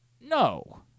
No